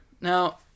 Now